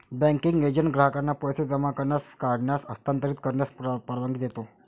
banking agent ग्राहकांना पैसे जमा करण्यास, काढण्यास, हस्तांतरित करण्यास परवानगी देतो